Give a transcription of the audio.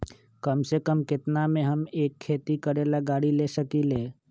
कम से कम केतना में हम एक खेती करेला गाड़ी ले सकींले?